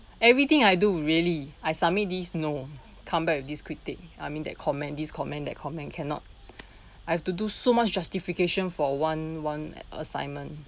everything I do really I submit this no come back with this critic I mean that comment this comment that comment cannot I have to do so much justification for one one assignment